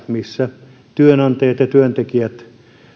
missä työnantajat ja työntekijät